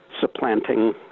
supplanting